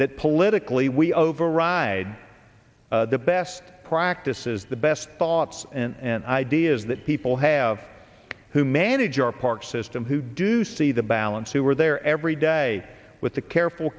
that politically we override the best practices the best thoughts and ideas that people have who manage our park system who do see the balance who are there every day with a careful